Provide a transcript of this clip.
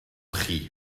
chi